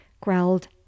growled